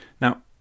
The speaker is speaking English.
now